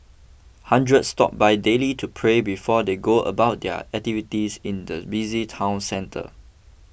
hundreds stop by daily to pray before they go about their activities in the busy town centre